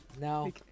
no